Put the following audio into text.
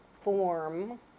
form